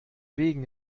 wegen